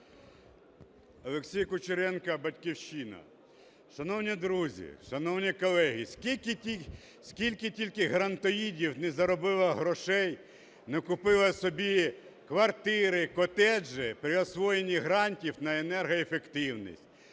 Олексій Кучеренко, "Батьківщина". Шановні друзі, шановні колеги, скільки тільки грантоїдів не заробили грошей, накупили собі квартири, котеджі при освоєнні грантів на енергоефективність.